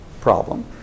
problem